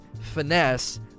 finesse